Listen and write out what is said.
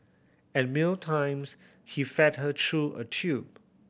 at meal times he fed her through a tube